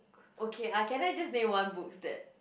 okay uh can I just name one books that